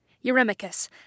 Eurymachus